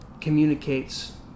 communicates